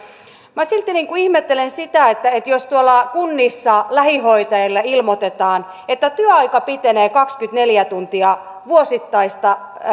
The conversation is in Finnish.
minä silti ihmettelen sitä jos tuolla kunnissa lähihoitajille ilmoitetaan että työaika pitenee kaksikymmentäneljä tuntia vuosittaista